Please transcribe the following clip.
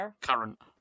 Current